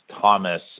Thomas